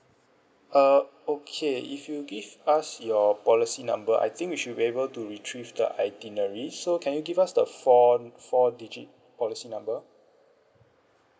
uh okay if you give use your policy number I think we should be able to retrieve the itinerary so can you give us the four four digit policy number